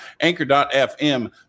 anchor.fm